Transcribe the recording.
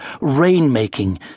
rain-making